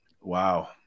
Wow